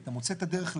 אתה מוצא את הדרך לשלב,